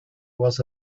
was